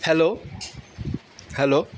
hello hello